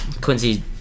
Quincy